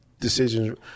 decisions